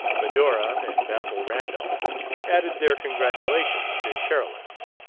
medora and basil randolph added their congratulations to carolyn's.